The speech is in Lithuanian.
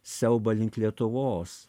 siaubą link lietuvos